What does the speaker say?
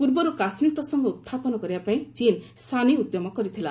ପୂର୍ବରୁ କାଶ୍ମୀର ପ୍ରସଙ୍ଗ ଉତ୍ଥାପନ କରିବାପାଇଁ ଚୀନ୍ ସାନି ଉଦ୍ୟମ କରିଥିଲା